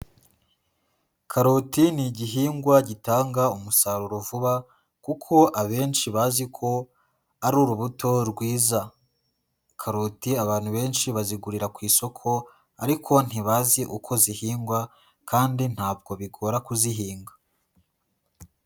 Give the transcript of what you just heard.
Karoti ni igihingwa gitanga umusaruro vuba, kuko abenshi bazi ko ari urubuto rwiza, karoti abantu benshi bazigurira ku isoko, ariko ntibazi uko zihingwa kandi ntabwo bigora kuzihinga.